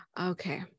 Okay